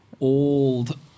old